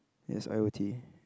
yes I O T